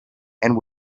and